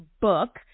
book